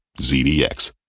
ZDX